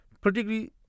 Particularly